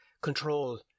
control